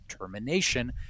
termination